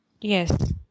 yes